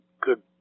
good